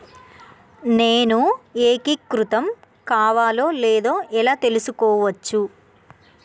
నేను ఏకీకృతం కావాలో లేదో ఎలా తెలుసుకోవచ్చు?